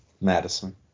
Madison